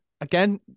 again